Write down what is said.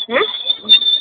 હેં